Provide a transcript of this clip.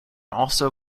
also